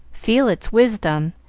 feel its wisdom,